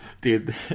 Dude